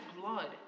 blood